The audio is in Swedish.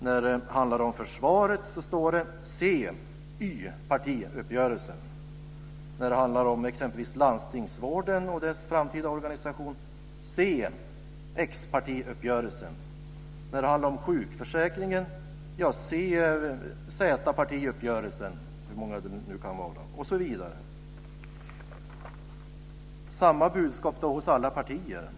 När det handlar om försvaret står det: Se ypartiuppgörelsen! När det handlar om exempelvis landstingsvården och dess framtida organisation står det: Se xpartiuppgörelsen! När det handlar om sjukförsäkringen står det: Se z-partiuppgörelsen! Det är samma budskap hos alla partier.